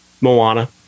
Moana